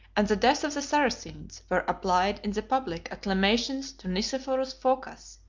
and the death of the saracens, were applied in the public acclamations to nicephorus phocas,